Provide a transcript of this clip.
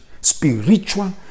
Spiritual